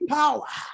power